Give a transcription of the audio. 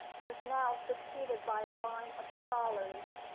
was now succeeded by a line of scholars,